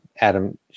Adam